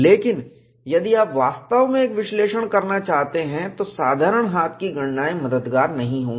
लेकिन यदि आप वास्तव में एक विश्लेषण करना चाहते हैं तो साधारण हाथ की गणनाएँ मददगार नहीं होंगी